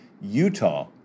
Utah